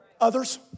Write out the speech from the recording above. Others